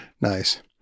Nice